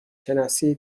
شناسی